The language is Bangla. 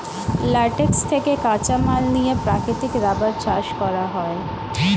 ল্যাটেক্স থেকে কাঁচামাল নিয়ে প্রাকৃতিক রাবার চাষ করা হয়